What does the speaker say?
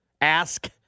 Ask